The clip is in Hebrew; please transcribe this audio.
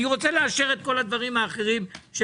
אני רוצה לאשר את כל הדברים האחרים של